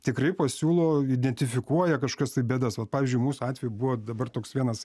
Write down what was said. tikrai pasiūlo identifikuoja kažkokias tai bėdas pavyzdžiui mūsų atveju buvo dabar toks vienas